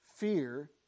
Fear